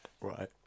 Right